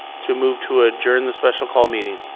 to move to adjourn the special call meeting.